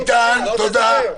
איתן, תודה.